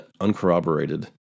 uncorroborated